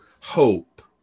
hope